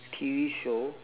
T_V show